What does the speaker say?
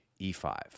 E5